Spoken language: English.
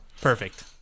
perfect